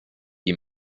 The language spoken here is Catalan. qui